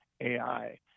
AI